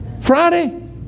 Friday